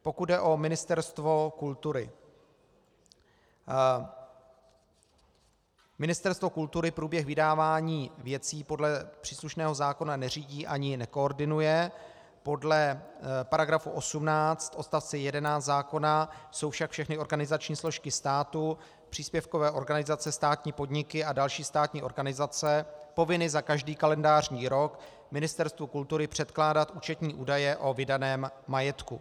Pokud jde o Ministerstvo kultury, Ministerstvo kultury průběh vydávání věcí podle příslušného zákona neřídí ani nekoordinuje, podle § 18 odst. 11 zákona jsou však všechny organizační složky státu, příspěvkové organizace, státní podniky a další státní organizace povinny za každý kalendářní rok Ministerstvu kultury předkládat účetní údaje o vydaném majetku.